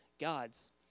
gods